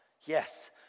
yes